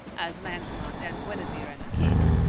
as lancelot and guinevere and the king,